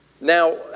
Now